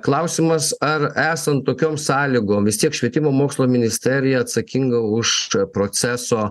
klausimas ar esant tokiom sąlygom vis tiek švietimo ir mokslo ministerija atsakinga už proceso